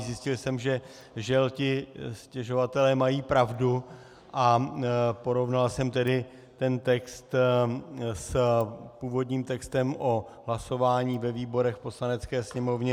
Zjistil jsem, že žel ti stěžovatelé mají pravdu, a porovnal jsem tedy ten text s původním textem o hlasování ve výborech a v Poslanecké sněmovně.